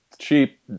Cheap